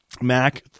mac